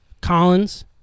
Collins